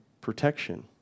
protection